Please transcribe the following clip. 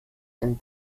den